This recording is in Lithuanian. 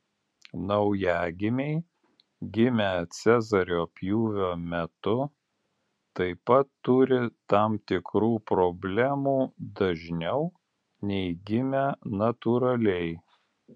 naujagimiai gimę cezario pjūvio metu taip pat turi tam tikrų problemų dažniau nei gimę natūraliai